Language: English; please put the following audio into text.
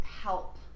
help